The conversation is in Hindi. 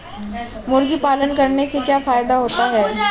मुर्गी पालन करने से क्या फायदा होता है?